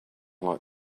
like